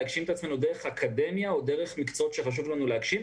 להגשים את עצמנו דרך אקדמיה או דרך מקצועות שחשוב לנו להגשים,